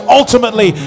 ultimately